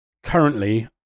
Currently